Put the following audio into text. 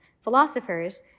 philosophers